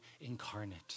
incarnate